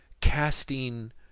casting